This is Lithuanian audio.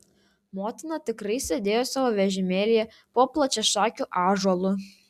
motina tikrai sėdėjo savo vežimėlyje po plačiašakiu ąžuolu